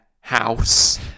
house